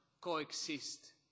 coexist